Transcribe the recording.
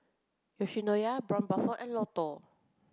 Yoshinoya Braun Buffel and Lotto